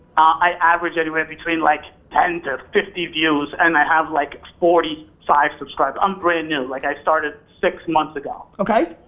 i average anywhere between like ten or fifty views and i have like forty five subscribers, i'm brand new. like i started six months ago. okay,